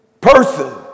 person